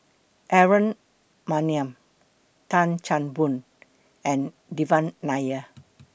Aaron Maniam Tan Chan Boon and Devan Nair